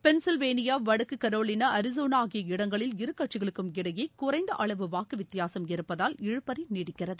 Pennsylvania வடக்குகரோலினா அரிசோனாஆகிய இடங்களில் இரு கட்சிகளுக்கும் இடையேகுறைந்தஅளவு வாக்குவித்தியாசம் இருப்பதால் இழுபறிநீடிக்கிறது